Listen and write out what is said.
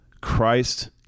Christ